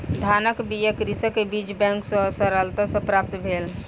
धानक बीया कृषक के बीज बैंक सॅ सरलता सॅ प्राप्त भेल